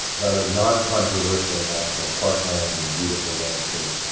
rather noncontroversial national park land and beautiful landscapes.